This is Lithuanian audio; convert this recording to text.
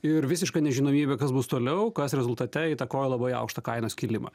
ir visiška nežinomybė kas bus toliau kas rezultate įtakojo labai aukštą kainos kilimą